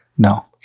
No